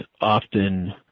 often